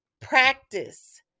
practice